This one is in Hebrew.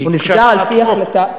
הוא נסגר על-פי החלטה,